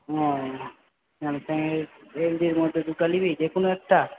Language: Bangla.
ও স্যামসাংয়ের এলজির মধ্যে দুটো নিবি যেকোনো একটা